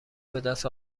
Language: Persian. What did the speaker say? بدست